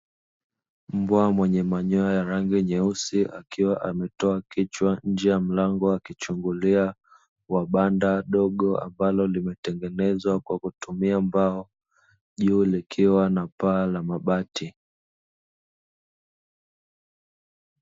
Mbwa mwenye manyoya ya rangi nyeusi akiwa ametoa kichwa nje ya mlango akichungulia wa banda dogo ambalo limetengenezwa kwa kutumia mbao, juu likiwa na paa la mabati.